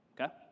Okay